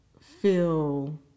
feel